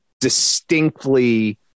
distinctly